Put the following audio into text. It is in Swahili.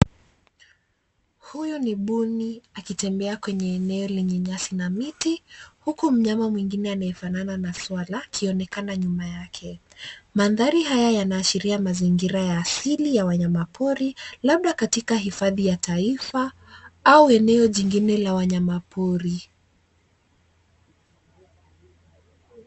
Huyu ni mbuni akitembea kwenye eneo lenye nyasi na miti huko, mnyama mwingine anayefanana na swala akionekana nyuma yake. Mandhari haya yanaashiria mazingira ya asili ya wanyamapori labda katika hifadhi ya taifa au eneo jingine la wanyamapori.